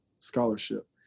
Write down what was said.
scholarship